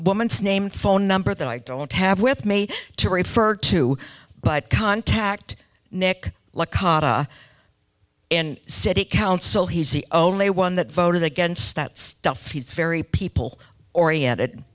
woman's name phone number that i don't have with me to refer to but contact nick and city council he's the only one that voted against that stuff he's very people oriented